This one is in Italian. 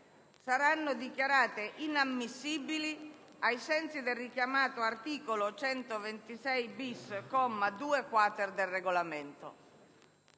saranno dichiarate inammissibili ai sensi del richiamato articolo 126*-bis*, comma 2*-quater*, del Regolamento.